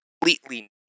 completely